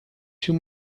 too